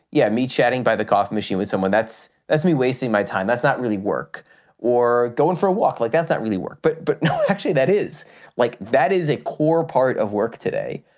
yeah, me chatting by the coffee machine with someone that's that's me wasting my time. that's not really work or going for a walk like that, that really work. but but actually that is like that is a core part of work today.